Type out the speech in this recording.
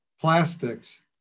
plastics